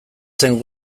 zen